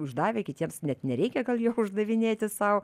uždavę kitiems net nereikia gal jo uždavinėti sau